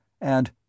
and—